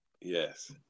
Yes